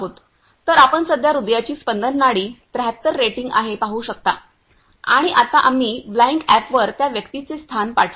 तर आपण सध्या हृदयाची स्पंदन नाडी 73 रेटिंग आहे पाहू शकता आणि आता आम्ही ब्लाइंक अॅपवर त्या व्यक्तीचे स्थान पाठवू